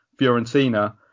Fiorentina